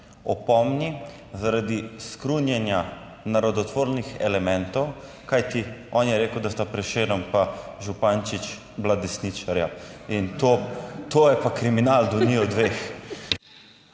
opomni zaradi skrunjenja narodotvornih elementov, kajti on je rekel, da sta Prešeren pa Župančič bila desničarja in to, to je pa kriminal do njiju dveh.